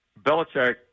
Belichick –